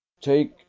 Take